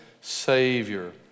savior